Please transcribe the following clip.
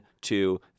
two